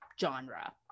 genre